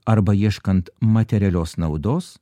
arba ieškant materialios naudos